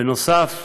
בנוסף,